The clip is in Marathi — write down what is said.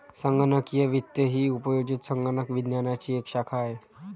संगणकीय वित्त ही उपयोजित संगणक विज्ञानाची एक शाखा आहे